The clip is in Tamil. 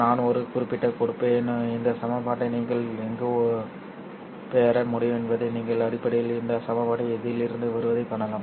நான் ஒரு குறிப்பைக் கொடுப்பேன் இந்த சமன்பாட்டை நீங்கள் எங்கு பெற முடியும் என்பதை நீங்கள் அடிப்படையில் இந்த சமன்பாட்டை இதிலிருந்து வருவதைக் காணலாம்